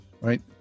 right